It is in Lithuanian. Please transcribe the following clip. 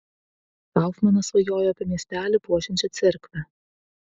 kaufmanas svajojo apie miestelį puošiančią cerkvę